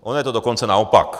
Ono je to dokonce naopak.